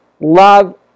love